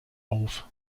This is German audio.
auf